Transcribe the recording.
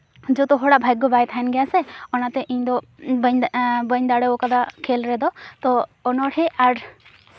ᱡᱚᱛᱚ ᱦᱚᱲᱟᱜ ᱵᱷᱟᱜᱜᱚ ᱵᱟᱭ ᱛᱟᱦᱮᱱ ᱜᱮᱭᱟ ᱥᱮ ᱚᱱᱟᱛᱮ ᱤᱧᱫᱚ ᱵᱟᱹᱧ ᱫᱟᱲᱮ ᱟᱠᱟᱫᱟ ᱠᱷᱮᱞ ᱨᱮᱫᱚ ᱛᱳ ᱟᱨ ᱚᱱᱚᱲᱦᱮᱸ